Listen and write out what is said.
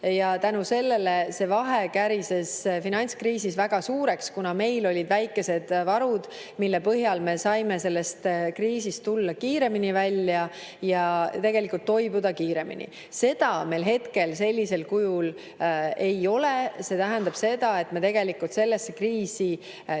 Ja selletõttu meie vahe kärises finantskriisis väga suureks, kuna meil olid väikesed varud, mille abil me saime kriisist kiiremini välja tulla ja toibuda kiiremini. Seda meil hetkel sellisel kujul ei ole. Ja see tähendab seda, et me tegelikult sellesse kriisi oleme